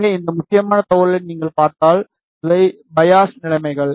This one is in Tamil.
எனவே இங்கே முக்கியமான தகவல்களை நீங்கள் பார்த்தால் இவை பையாஸ் நிலைமைகள்